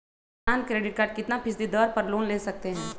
किसान credit card कितना फीसदी दर पर लोन ले सकते हैं?